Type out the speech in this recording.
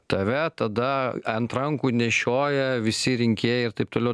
tave tada ant rankų nešioja visi rinkėjai ir taip toliau